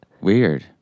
weird